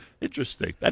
Interesting